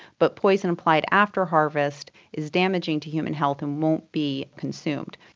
but poison applied after harvest is damaging to human health and won't be consumed.